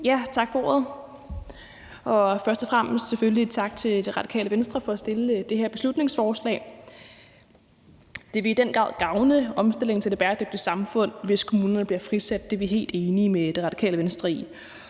Tak for ordet, og først og fremmest selvfølgelig tak til Radikale Venstre for at fremsætte det her beslutningsforslag. Det vil i den grad gavne omstillingen til det bæredygtige samfund, hvis kommunerne bliver frisat; det er vi helt enige med Radikale Venstre i.